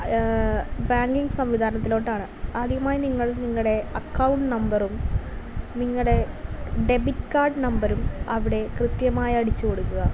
banking സംവിധാനത്തിലോട്ടാണ് ആദ്യമായി നിങ്ങൾ നിങ്ങളുടെ അക്കൗണ്ട് നമ്പറും നിങ്ങളുടെ ഡെബിറ്റ് കാർഡ് നമ്പറും അവിടെ കൃത്യമായി അടിച്ച് കൊടുക്കുക